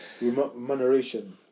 Remuneration